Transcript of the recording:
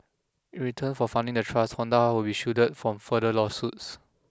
in return for funding the trust Honda will be shielded from further lawsuits